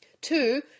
two